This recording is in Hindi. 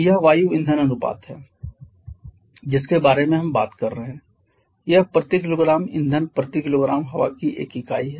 यह वायु ईंधन अनुपात है जिसके बारे में हम बात कर रहे हैं यह प्रति किलोग्राम ईंधन प्रति किलोग्राम हवा की एक इकाई है